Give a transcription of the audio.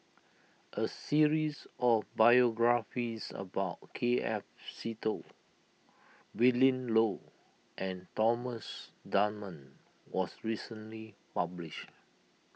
a series of biographies about K F Seetoh Willin Low and Thomas Dunman was recently published